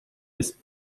ist